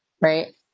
right